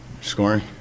Scoring